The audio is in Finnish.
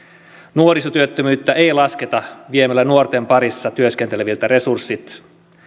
nuorisotyöttömyyttä ei lasketa viemällä nuorten parissa työskenteleviltä resurssit